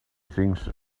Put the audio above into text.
things